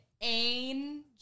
angel